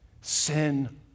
sin